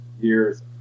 years